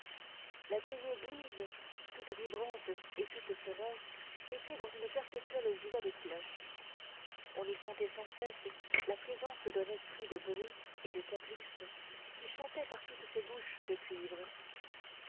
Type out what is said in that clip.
la vieille église toute vibrante et toute sonore était dans une perpétuelle joie de cloches on y sentait sans cesse la présence d'un esprit de bruit et de caprice qui chantait par toutes ces bouches de cuivre